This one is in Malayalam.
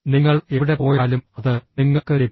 നിങ്ങൾ എവിടെ പോയാലും അത് നിങ്ങൾക്ക് ലഭിക്കും